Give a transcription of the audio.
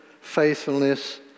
faithfulness